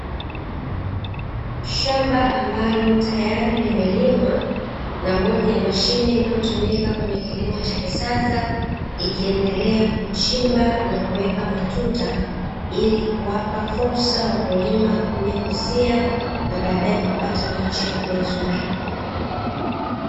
Shamba ambalo tayari limelimwa na moja ya mashine inayotumika kwenye kilimo cha kisasa, ikiendelea kuchimba na kuweka matuta. Ili kuwapa fursa wakulima kuja kusia, na baadae kupata miche mizuri.